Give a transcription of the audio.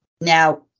Now